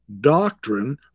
doctrine